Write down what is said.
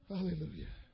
Hallelujah